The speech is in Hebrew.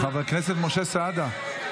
חבר הכנסת משה סעדה.